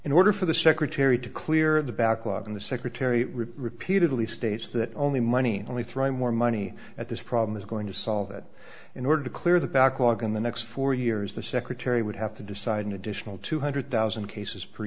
in order for the secretary to clear the backlog and the secretary repeatedly states that only money only throwing more money at this problem is going to solve it in order to clear the backlog in the next four years the secretary would have to decide an additional two hundred thousand cases per